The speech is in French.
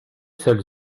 celle